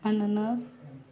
अननस